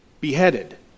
Beheaded